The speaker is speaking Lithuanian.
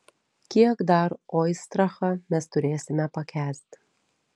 kiek dar oistrachą mes turėsime pakęsti